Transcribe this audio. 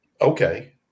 Okay